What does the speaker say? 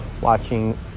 watching